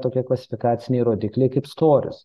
tokie klasifikaciniai rodikliai kaip storis